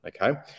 okay